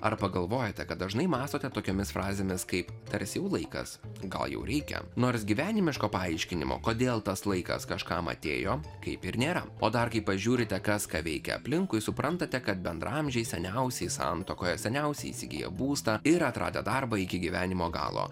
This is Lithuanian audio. ar pagalvojote kad dažnai mąstote tokiomis frazėmis kaip tarsi jau laikas gal jau reikia nors gyvenimiško paaiškinimo kodėl tas laikas kažkam atėjo kaip ir nėra o dar kai pažiūrite kas ką veikia aplinkui suprantate kad bendraamžiai seniausiai santuokoje seniausiai įsigiję būstą ir atradę darbą iki gyvenimo galo